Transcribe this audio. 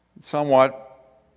somewhat